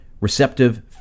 receptive